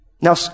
Now